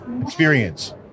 experience